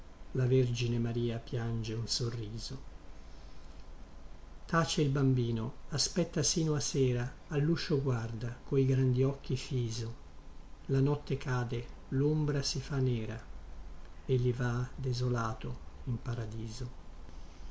la vergine maria piange un sorriso tace il bambino aspetta sino a sera alluscio guarda coi grandi occhi fiso la notte cade lombra si fa nera egli va desolato in paradiso